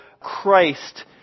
Christ